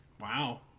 Wow